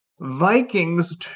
Vikings